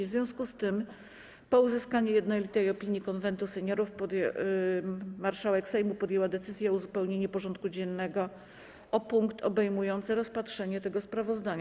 W związku z tym, po uzyskaniu jednolitej opinii Konwentu Seniorów, marszałek Sejmu podjęła decyzję o uzupełnieniu porządku dziennego o punkt obejmujący rozpatrzenie tego sprawozdania.